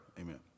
Amen